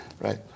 right